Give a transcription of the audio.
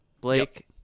Blake